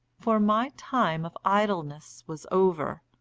for my time of idleness was over,